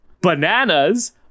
bananas